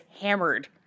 hammered